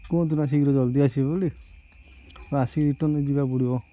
କୁହନ୍ତୁନା ଶୀଘ୍ର ଜଲ୍ଦି ଆସିବେ ବୋଲି ଆସିକି ରିଟର୍ନ ଯିବାକୁ ପଡ଼ିବ